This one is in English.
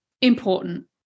important